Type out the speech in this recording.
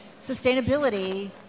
sustainability